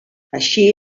així